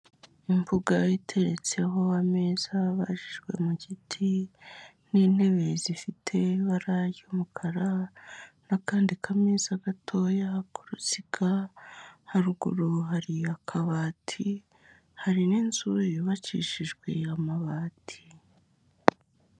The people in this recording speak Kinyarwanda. Imbuga iteretseho ameza abajijwe mu giti n'intebe zifite ibara ry'umukara, n'akandi kameza gatoya k'uruziga, haruguru hari akabati, hari n'inzu yubakishijwe amabati.